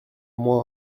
moi